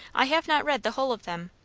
i have not read the whole of them.